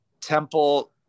Temple